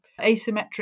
asymmetric